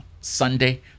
Sunday